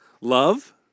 love